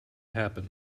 happen